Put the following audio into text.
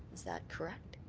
is that correct?